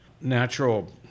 natural